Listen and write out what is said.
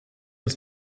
uns